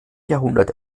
jahrhundert